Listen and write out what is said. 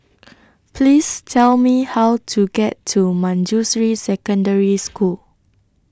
Please Tell Me How to get to Manjusri Secondary School